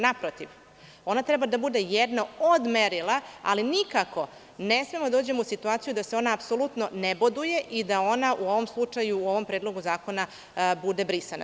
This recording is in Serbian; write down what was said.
Naprotiv, ona treba da bude jedna od merila, ali nikako ne smemo da dođemo u situaciju da se ona apsolutno ne boduje i da ona u ovom slučaju, u ovom Predlogu zakona bude brisana.